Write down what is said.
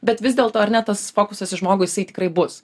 bet vis dėlto ar ne tas fokusas į žmogų jisai tikrai bus